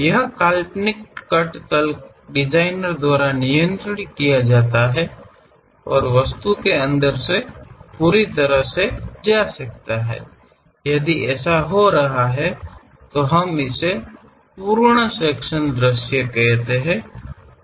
यह काल्पनिक कट तल डिजाइनर द्वारा नियंत्रित किया जाता है और वस्तु के अंदर से पूरी तरह से जा सकता है यदि ऐसा हो रहा है तो हम इसे पूर्ण सेक्शन दृश्य कहते हैं